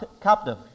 captive